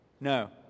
No